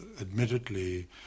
admittedly